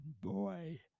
boy